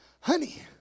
honey